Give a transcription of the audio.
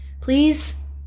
Please